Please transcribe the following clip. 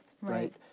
Right